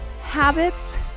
habits